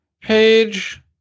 page